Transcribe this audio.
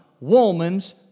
woman's